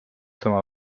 sama